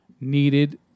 needed